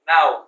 Now